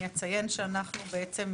אני אציין שהמועצה,